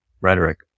rhetoric